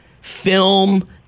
film